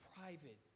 private